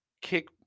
kick